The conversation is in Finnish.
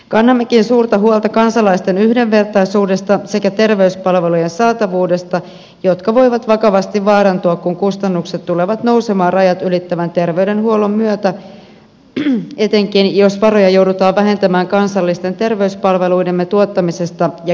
kannammekin suurta huolta kansalaisten yhdenvertaisuudesta sekä terveyspalvelujen saatavuudesta jotka voivat vakavasti vaarantua kun kustannukset tulevat nousemaan rajat ylittävän terveydenhuollon myötä etenkin jos varoja joudutaan vähentämään kansallisten terveyspalveluidemme tuottamisesta ja kehittämisestä